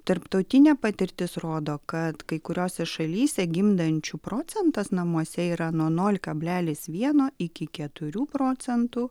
tarptautinė patirtis rodo kad kai kuriose šalyse gimdančių procentas namuose yra nuo nol kablelis vieno iki keturių procentų